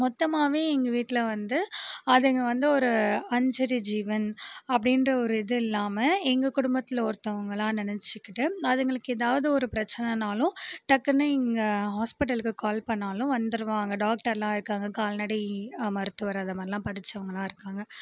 மொத்தமாகவே எங்கள் வீட்டில் வந்து அதுங்க வந்து ஒரு அஞ்சறிவு ஜீவன் அப்படின்ற ஒரு இது இல்லாமல் எங்கள் குடும்பத்தில் ஒருத்தவர்களா நினைச்சுக்கிட்டு அதுங்களுக்கு ஏதாவது ஒரு பிரச்சனைனாலும் டக்குனு இங்கே ஹாஸ்பெட்டலுக்கு கால் பண்ணிணாலும் வந்துடுவாங்க டாக்டரெலாம் இருக்காங்க கால்நடை மருத்துவர் அந்த மாதிரிலாம் படித்தவங்கள்லாம் இருக்காங்க